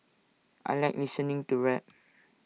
I Like listening to rap